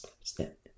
step